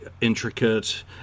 intricate